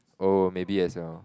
oh maybe as well